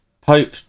Pope